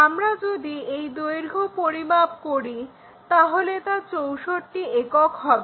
আমরা যদি এই দৈর্ঘ্য পরিমাপ করি তাহলে তা 64 একক হবে